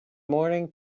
morning